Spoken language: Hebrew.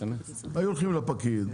היו הולכים לפקיד,